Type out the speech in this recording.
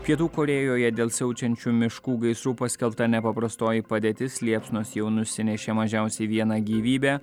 pietų korėjoje dėl siaučiančių miškų gaisrų paskelbta nepaprastoji padėtis liepsnos jau nusinešė mažiausiai vieną gyvybę